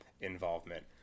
involvement